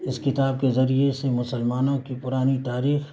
اس کتاب کے ذریعے سے مسلمانوں کی پرانی تاریخ